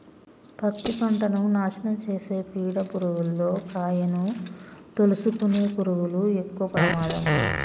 పత్తి పంటను నాశనం చేసే పీడ పురుగుల్లో కాయను తోలుసుకునే పురుగులు ఎక్కవ ప్రమాదం